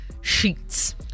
sheets